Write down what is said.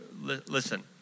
Listen